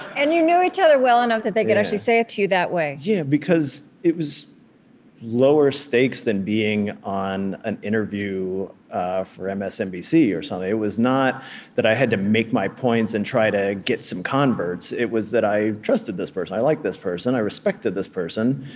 and you knew each other well enough that they could actually say it to you that way yeah, because it was lower stakes than being on an interview ah for msnbc or something. it was not that i had to make my points and try to get some converts it was that i trusted this person. i liked this person. i respected this person.